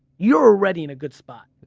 you're already in a good spot.